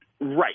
Right